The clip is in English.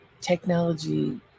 technology